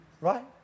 Right